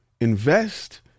invest